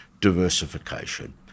diversification